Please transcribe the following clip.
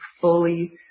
fully